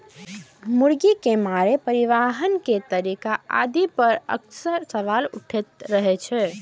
मुर्गी के मारै, परिवहन के तरीका आदि पर अक्सर सवाल उठैत रहै छै